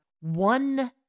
one